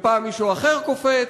ופעם מישהו אחר קופץ,